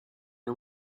are